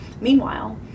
Meanwhile